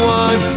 one